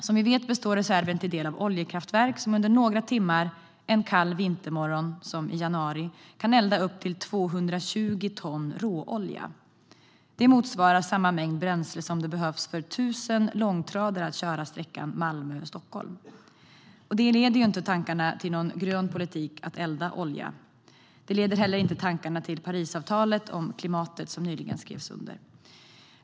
Som vi vet består reserven till en del av oljekraftverk som under några timmar en kall vintermorgon kan eldas med upp till 220 ton råolja. Det motsvarar samma mängd bränsle som det behövs för 1 000 långtradare att köra sträckan Malmö-Stockholm. Att elda olja leder inte tankarna till grön politik. Det leder inte heller tankarna till Parisavtalet om klimatet som nyligen skrevs under.